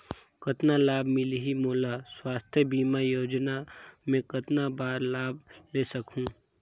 कतना लाभ मिलही मोला? स्वास्थ बीमा योजना मे कतना बार लाभ ले सकहूँ?